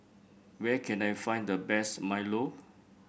where can I find the best milo